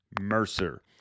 Mercer